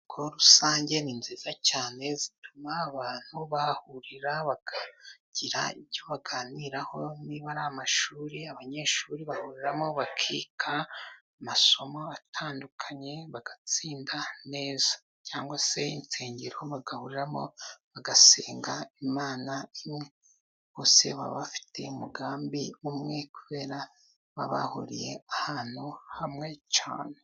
Inyubako rusange ni nziza cyane, zituma abantu bahahurira bakagira ibyo baganiraho, niba ari amashuri abanyeshuri bahuriramo bakiga amasomo atandukanye, bagatsinda neza. Cyangwa se insengero bagahuriramo bagasenga Imana imwe. Bose baba bafite umugambi umwe, kubera baba bahuriye ahantu hamwe cyane.